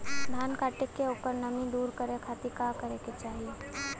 धान कांटेके ओकर नमी दूर करे खाती का करे के चाही?